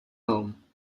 home